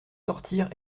sortir